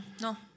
no